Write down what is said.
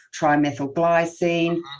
trimethylglycine